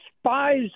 spies